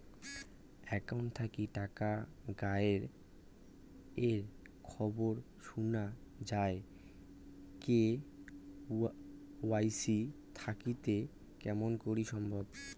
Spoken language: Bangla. একাউন্ট থাকি টাকা গায়েব এর খবর সুনা যায় কে.ওয়াই.সি থাকিতে কেমন করি সম্ভব?